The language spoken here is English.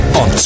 on